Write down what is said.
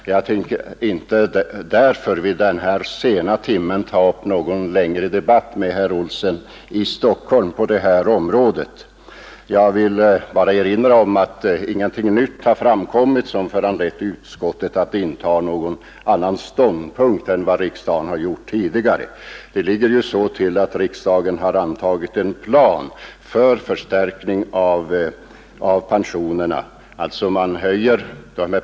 Därför skall jag inte vid den här sena timmen ta upp någon längre debatt på detta område med herr Olsson i Stockholm. Jag vill bara erinra om att ingenting nytt har framkommit som föranlett utskottet att inta någon annan ståndpunkt än vad riksdagen har gjort tidigare. Det ligger ju så till att riksdagen har antagit en plan för förstärkning av pensionerna.